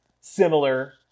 similar